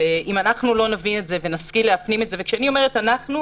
אם אנחנו לא נבין את זה ונשכיל להפנים את זה וכשאני אומרת "אנחנו",